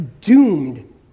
doomed